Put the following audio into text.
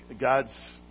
God's